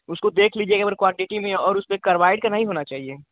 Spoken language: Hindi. उसको देख लीजियेगा और क्वाटिटी में और उसके कड़वाइट तो नहीं होना चाहिये